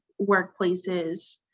workplaces